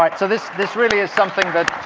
like so this this really is something that